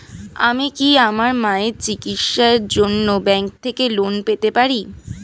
আমি কি আমার মায়ের চিকিত্সায়ের জন্য ব্যঙ্ক থেকে লোন পেতে পারি?